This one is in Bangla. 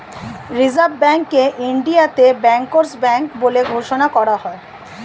রিসার্ভ ব্যাঙ্ককে ইন্ডিয়াতে ব্যাংকার্স ব্যাঙ্ক বলে ঘোষণা করা হয়